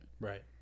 right